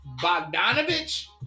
Bogdanovich